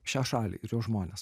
šią šalį ir jos žmones